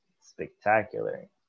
spectacular